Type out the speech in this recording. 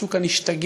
משהו כאן השתגע.